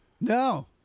No